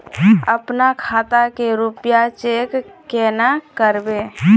अपना खाता के रुपया चेक केना करबे?